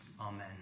Amen